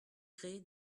créer